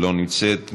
לא נמצאת,